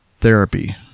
therapy